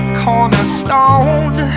cornerstone